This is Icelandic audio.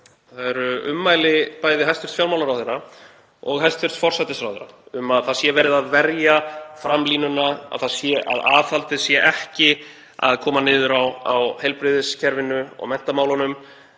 ræðu ummæli bæði hæstv. fjármálaráðherra og hæstv. forsætisráðherra um að það sé verið að verja framlínuna, að aðhaldið sé ekki að koma niður á heilbrigðiskerfinu og menntamálunum.